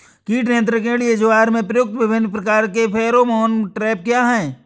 कीट नियंत्रण के लिए ज्वार में प्रयुक्त विभिन्न प्रकार के फेरोमोन ट्रैप क्या है?